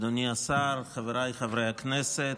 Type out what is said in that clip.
אדוני השר, חבריי חברי הכנסת,